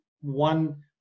one